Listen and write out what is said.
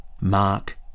mark